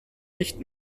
nicht